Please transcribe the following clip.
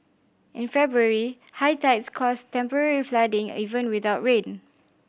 in February high tides caused temporary flooding even without rain